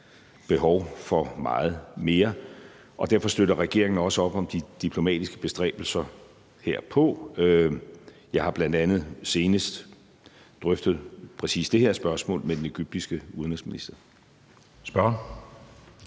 behov for meget mere, og derfor støtter regeringen også op om de diplomatiske bestræbelser herpå. Jeg har bl.a. senest drøftet præcis det her spørgsmål med den egyptiske udenrigsminister. Kl.